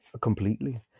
completely